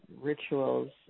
rituals